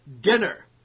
dinner